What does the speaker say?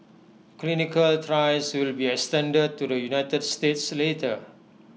clinical trials will be extended to the united states later